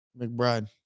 McBride